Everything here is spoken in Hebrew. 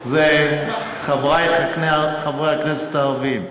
חברי חברי הכנסת הערבים,